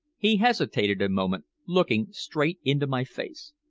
he hesitated a moment, looking straight into my face.